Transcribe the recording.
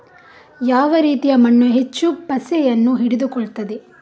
ಯಾವ ರೀತಿಯ ಮಣ್ಣು ಹೆಚ್ಚು ಪಸೆಯನ್ನು ಹಿಡಿದುಕೊಳ್ತದೆ?